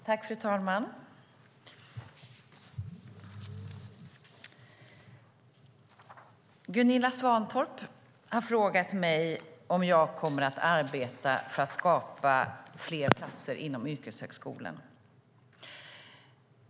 Fru talman! Gunilla Svantorp har frågat mig om jag kommer att arbeta för att skapa fler platser inom yrkeshögskolan.